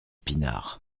pinard